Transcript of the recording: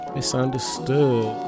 Misunderstood